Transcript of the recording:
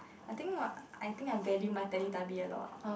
I think what I think I value my Teletubby a lot